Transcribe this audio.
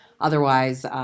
otherwise